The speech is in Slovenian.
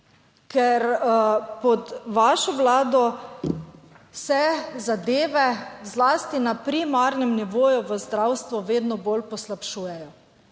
ker pod vašo Vlado se zadeve zlasti na primarnem nivoju v zdravstvu vedno bolj poslabšujejo.